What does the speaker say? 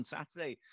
Saturday